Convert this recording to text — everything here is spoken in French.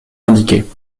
indiquer